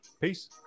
peace